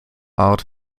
art